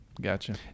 gotcha